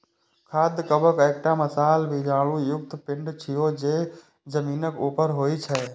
खाद्य कवक एकटा मांसल बीजाणु युक्त पिंड छियै, जे जमीनक ऊपर होइ छै